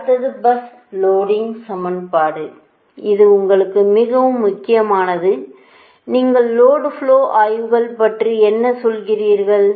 அடுத்தது bus loading சமன்பாடு இது உங்களுக்கு மிகவும் முக்கியமானது நீங்கள் லோடு ஃப்லோ ஆய்வுகள் பற்றி என்ன சொல்கிறீர்கள்